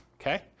okay